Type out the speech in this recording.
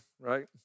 right